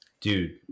Dude